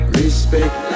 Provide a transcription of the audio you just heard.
respect